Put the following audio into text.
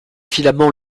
filaments